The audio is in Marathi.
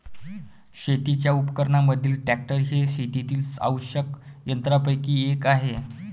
शेतीच्या उपकरणांमधील ट्रॅक्टर हे शेतातील आवश्यक यंत्रांपैकी एक आहे